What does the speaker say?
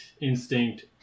instinct